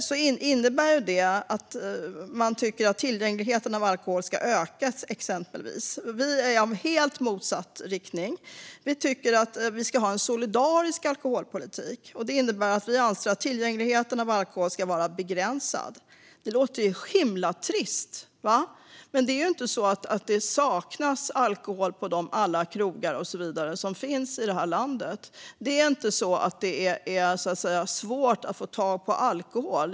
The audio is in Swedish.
Det innebär exempelvis att ni tycker att tillgängligheten till alkohol ska öka. Vi är av helt motsatt uppfattning. Vi tycker att Sverige ska ha en solidarisk alkoholpolitik. Det innebär att vi anser att tillgängligheten till alkohol ska vara begränsad. Det låter himla trist, men det är ju inte så att det saknas alkohol på alla krogar och så vidare som finns i det här landet. Det är inte så att det är svårt att få tag på alkohol.